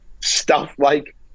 stuff-like